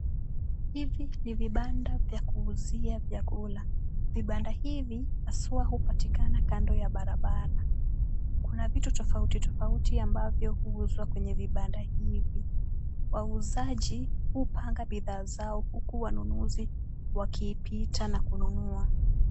Hivi ni vibanda vya kuuzia vyakula, vinanda hivi hasuwa hupatikana kando ya barabara, kuna vitu tofauti tofauti ambavyo huuzwa kwenye vibanda hivi, wauzaji hupanga bidhaa zao huku wanunuzi wakipita na kununua.